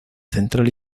central